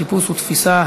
חיפוש ותפיסה),